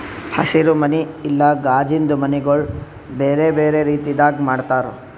ಹಸಿರು ಮನಿ ಇಲ್ಲಾ ಕಾಜಿಂದು ಮನಿಗೊಳ್ ಬೇರೆ ಬೇರೆ ರೀತಿದಾಗ್ ಮಾಡ್ತಾರ